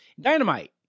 Dynamite